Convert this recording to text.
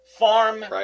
Farm